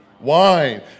wine